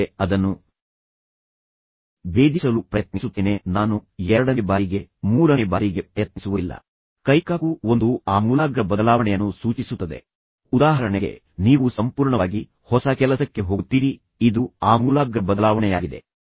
ಈಗ ನೀವು ಅದನ್ನು ಆಟದಂತಹ ಪರಿಸ್ಥಿತಿಯನ್ನಾಗಿ ಮಾಡಬಹುದು ಮತ್ತು ನಂತರ ನೀವು ಅವರಿಗೆ ಸಲಹೆಗಳನ್ನು ಹೆಚ್ಚಿನ ಪ್ರಚೋದಕಗಳನ್ನು ಗುರುತಿಸಲು ಕೇಳಬಹುದು ಮತ್ತು ನೀವು ನಿಜವಾಗಿಯೂ ಪ್ರೀತಿಸುತ್ತಿದ್ದೀರಾ ಮತ್ತು ಹೇಗೆ ಎಂದು ನೀವು ಅವರನ್ನು ಕೇಳಬಹುದು ನೀವು ಈ ವಿಷಯವನ್ನು ಕ್ಷಮಿಸಲು ಮತ್ತು ಮರೆಯಲು ಸಿದ್ಧರಿದ್ದರೆ ನೀವು ಈ ಅಂಶವನ್ನು ಹೇಗೆ ಬದಲಾಯಿಸುತ್ತಿದ್ದಿರಿ